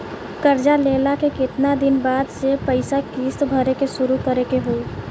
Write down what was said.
कर्जा लेला के केतना दिन बाद से पैसा किश्त भरे के शुरू करे के होई?